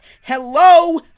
Hello